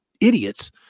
idiots